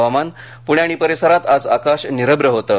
हवामान पुणे आणि परिसरात आज आकाश निरभ्र होतं